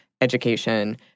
education